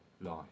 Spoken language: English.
life